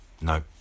No